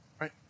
Right